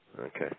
Okay